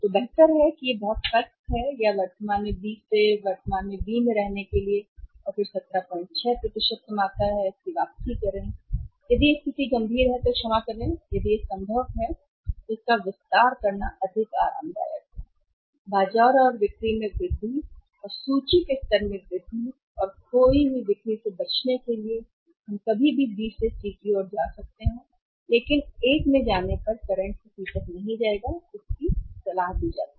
तो बेहतर है कि यह बहुत सख्त है या वर्तमान में बी से वर्तमान में बी में रहने के लिए और फिर 176 कमाता है वापसी करें और यदि स्थिति गंभीर हो तो क्षमा करें यदि यह संभव है तो इसका विस्तार करना अधिक आरामदायक है बाजार और बिक्री में वृद्धि और सूची के स्तर में वृद्धि और खो बिक्री से बचने के लिए तो हम कभी भी B से C की ओर जा सकते हैं लेकिन एक में जाने पर करंट से C तक नहीं जाएगा सलाह दी जाती